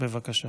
בבקשה,